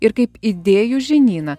ir kaip idėjų žinyną